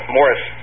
Morris